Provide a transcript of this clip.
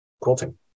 quilting